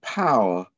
power